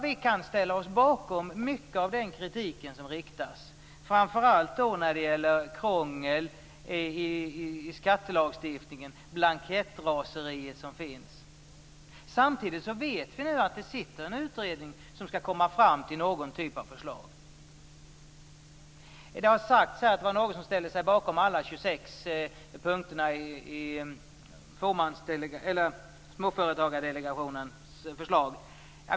Vi kan ställa oss bakom mycket av den kritik som riktas framför allt när det gäller krångel i skattelagstiftningen och det blankettraseri som finns. Samtidigt vet vi att det finns en utredning som skall komma fram till någon typ av förslag. Någon sade att han ställde sig bakom alla 26 punkterna i Småföretagardelegationens förslag.